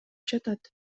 жатат